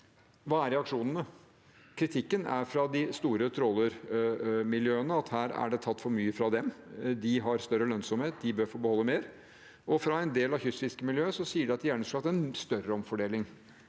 hva reaksjonene er. Kritikken er fra de store trålermiljøene, at her er det tatt for mye fra dem, de har større lønnsomhet, de bør få beholde mer. En del av kystfiskemiljøet sier at de gjerne skulle hatt en større omfordeling.